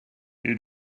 you